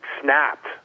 snapped